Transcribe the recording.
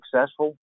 successful